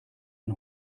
man